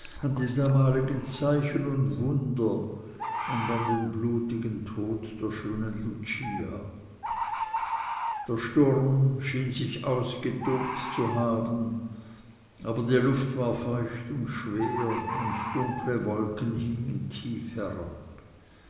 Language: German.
die damaligen zeichen und wunder und an den blutigen tod der schönen lucia der sturm schien sich ausgetobt zu haben aber die luft war feucht und schwer und dunkle wolken hingen tief herab